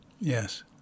Yes